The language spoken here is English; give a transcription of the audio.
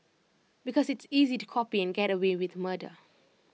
because it's easy to copy and get away with murder